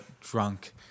drunk